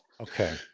Okay